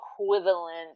equivalent